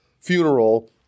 funeral